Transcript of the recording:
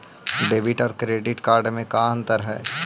Debit और credit card में का अंतर है?